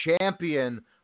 champion